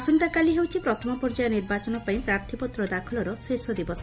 ଆସନ୍ତାକାଲି ହେଉଛି ପ୍ରଥମ ପର୍ଯ୍ୟାୟ ନିର୍ବାଚନ ପାଇଁ ପ୍ରାର୍ଥପତ୍ର ଦାଖଲର ଶେଷ ଦିବସ